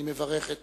אני מברך את